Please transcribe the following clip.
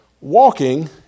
Walking